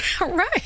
right